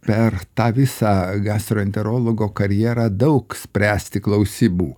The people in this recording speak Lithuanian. per tą visą gastroenterologo karjerą daug spręsti klausimų